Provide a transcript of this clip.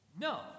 No